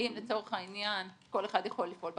האם לצורך העניין כל אחד יכול לפעול בחשבון.